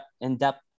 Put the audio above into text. in-depth